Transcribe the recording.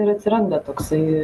ir atsiranda toksai